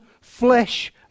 flesh